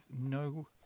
no